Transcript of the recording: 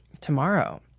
tomorrow